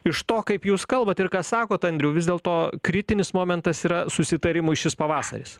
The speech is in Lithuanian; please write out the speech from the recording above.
iš to kaip jūs kalbat ir ką sakot andriau vis dėlto kritinis momentas yra susitarimui šis pavasaris